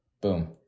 Boom